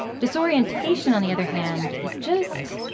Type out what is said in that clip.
disorientation, on the other hand, is just,